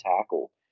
tackle